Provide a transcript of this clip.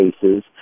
cases